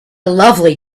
lovely